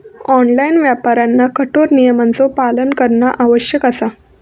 online व्यापाऱ्यांना कठोर नियमांचो पालन करणा आवश्यक असा